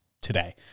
today